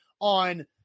on